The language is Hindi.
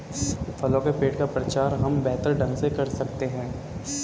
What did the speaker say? फलों के पेड़ का प्रचार हम बेहतर ढंग से कर सकते हैं